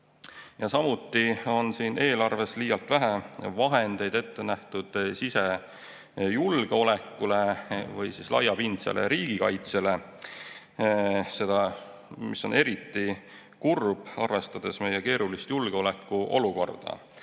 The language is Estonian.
Samuti on siin eelarves liialt vähe vahendeid ette nähtud sisejulgeolekule ja laiapindsele riigikaitsele. See on eriti kurb, sest arvestades meie keerulist julgeolekuolukorda,